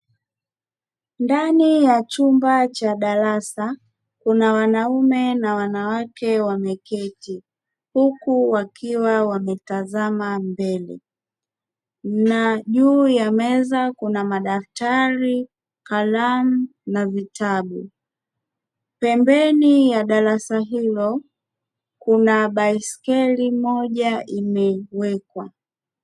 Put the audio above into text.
Ndani ya chumba cha darasa kuna wanaume na wanawake wameketi huku wakiwa wametazama mbele na juu ya meza kuna: madaftari, kalamu na vitabu. Pembeni ya darasa hilo kuna baiskeli moja imewekwa.